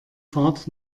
fahrt